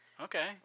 Okay